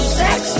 sex